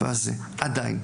אבל עדיין,